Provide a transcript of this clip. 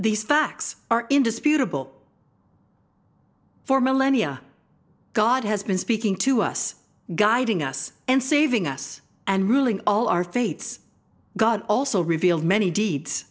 these facts are indisputable for millennia god has been speaking to us guiding us and saving us and ruling all our faiths god also revealed many deeds